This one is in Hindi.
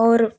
और